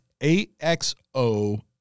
axo